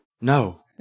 No